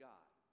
God